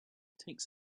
takes